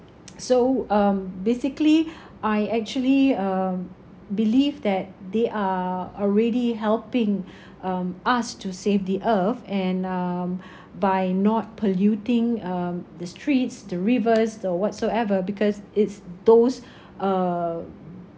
so um basically I actually uh believe that they are already helping um us to save the earth and um by not polluting um the streets the rivers the whatsoever because it's those uh